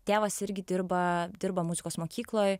tėvas irgi dirba dirba muzikos mokykloj